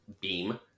beam